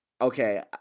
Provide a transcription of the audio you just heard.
okay